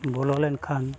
ᱵᱚᱞᱚ ᱞᱮᱱᱠᱷᱟᱱ